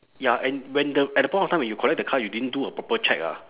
ya and when the at the point of time when you collect the car you didn't do a proper check ah